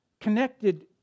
connected